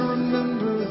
Remember